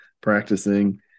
practicing